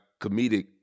comedic